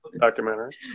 documentary